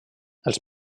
els